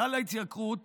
גל ההתייקרות